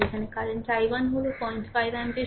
এখানে এবং current i 1 হল 05 অ্যাম্পিয়ার